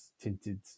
tinted